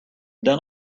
done